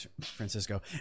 Francisco